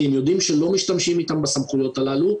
כי הם יודעים שלא משתמשים איתם בסמכויות הללו,